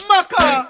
Maka